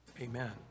Amen